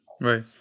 right